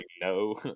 no